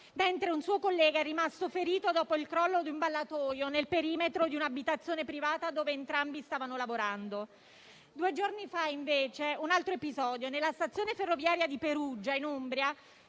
mentre un suo collega è rimasto ferito dopo il crollo di un ballatoio nel perimetro di un'abitazione privata, dove entrambi stavano lavorando. Due giorni fa si è invece verificato un altro episodio nella stazione ferroviaria di Perugia, in Umbria,